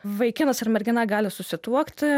vaikinas ir mergina gali susituokti